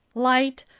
light,